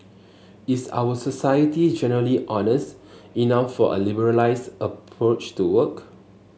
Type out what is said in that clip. is our society generally honest enough for a liberalised approach to work